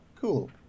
cool